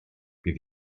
bydd